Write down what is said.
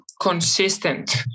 consistent